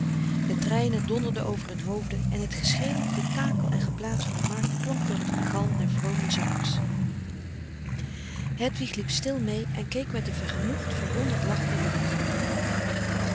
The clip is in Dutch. de treinen donderden over hun hoofden en het geschreeuw gekakel en geblaat van de markt klonk door het gegalm der vrome zangers frederik van eeden van de koele meren des doods hedwig liep stil mee en keek met een vergenoegd verwonderd lachje rond